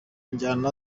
njyana